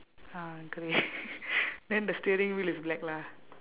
um grey then the steering wheel is black lah